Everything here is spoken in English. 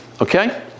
Okay